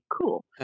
Cool